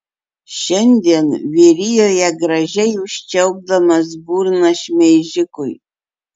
šiandien vyrijoje gražiai užčiaupdamas burną šmeižikui